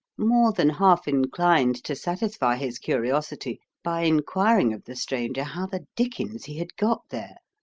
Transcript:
more than half inclined to satisfy his curiosity by inquiring of the stranger how the dickens he had got there.